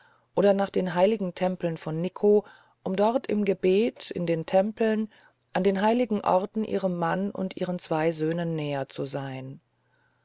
oder nach den heiligen tempeln von nikko um dort im gebet in den tempeln an heiligen orten ihrem mann und ihren zwei söhnen näher zu sein